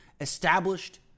established